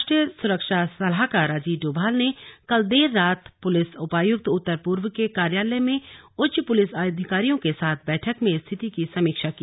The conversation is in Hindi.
राष्ट्रीय सुरक्षा सलाहकार अजीत डोभाल ने कल देर रात पुलिस उपायुक्त उत्तर पूर्व के कार्यालय में उच्च पुलिस अधिकारियों के साथ बैठक में स्थिति की समीक्षा की